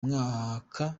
mwaka